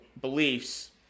beliefs